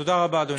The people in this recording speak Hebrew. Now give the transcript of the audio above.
תודה רבה, אדוני.